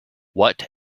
what